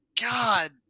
god